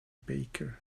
baker